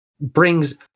brings